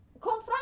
confront